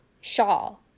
shawl